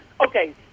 Okay